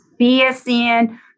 BSN